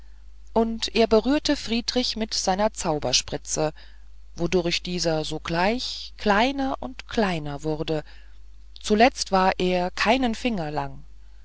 und er berührte friedrich mit seiner zauberspritze wodurch dieser sogleich kleiner und kleiner wurde zuletzt war er keinen finger lang